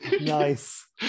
Nice